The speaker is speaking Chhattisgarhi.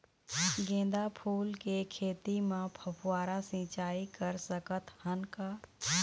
गेंदा फूल के खेती म फव्वारा सिचाई कर सकत हन का?